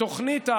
התוכנית,